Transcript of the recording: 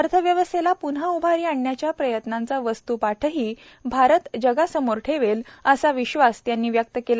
अर्थव्यवस्थेला प्न्हा उभारी आणण्याच्या प्रयत्नांचा वस्त्पाठही भारत जगासमोर ठेवेल असा विश्वास त्यांनी व्यक्त केला